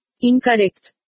Incorrect